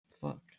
Fuck